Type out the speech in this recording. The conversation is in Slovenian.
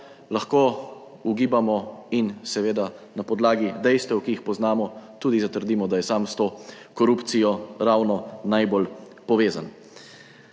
lahko ugibamo in seveda na podlagi dejstev, ki jih poznamo tudi zatrdimo, da je sam s to korupcijo ravno najbolj povezan.